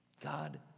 God